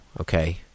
okay